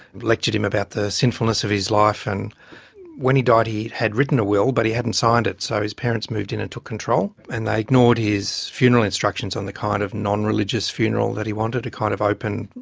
lectured him about the sinfulness of his life. and when he died he had written a will but he hadn't signed it, so his parents moved in and took control, and they ignored his funeral instructions on the kind of nonreligious funeral that he wanted, a kind of open,